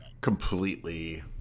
completely